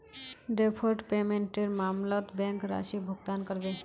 deferred पेमेंटेर मामलत bank राशि भुगतान करबे